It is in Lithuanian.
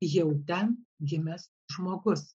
jau ten gimęs žmogus